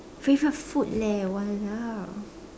favourite food leh !walao!